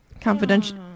Confidential